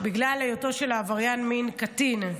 בגלל שבהיותו של עבריין מין קטין,